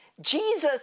Jesus